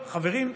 חברים,